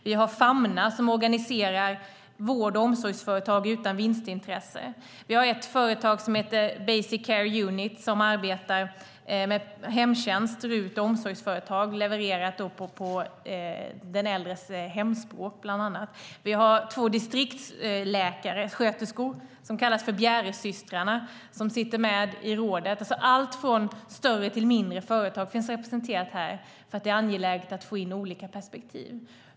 Vi har Famna, som organiserar vård och omsorgsföretag utan vinstintresse. Vi har ett företag som heter Basic Care Unit, som arbetar med hemtjänst, RUT och omsorgsföretag levererat på den äldres hemspråk, bland annat. Vi har två distriktssköterskor som kallas för Bjäresystrarna som sitter med i rådet. Allt från större till mindre företag finns representerade eftersom det är angeläget att få in olika perspektiv.